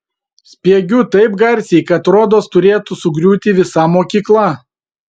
spiegiu taip garsiai kad rodos turėtų sugriūti visa mokykla